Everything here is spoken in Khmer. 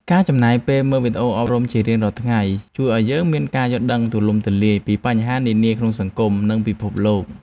ការចំណាយពេលមើលវីដេអូអប់រំជារៀងរាល់ថ្ងៃជួយឱ្យយើងមានការយល់ដឹងទូលំទូលាយពីបញ្ហានានាក្នុងសង្គម និងពិភពលោក។